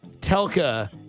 Telka